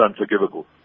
unforgivable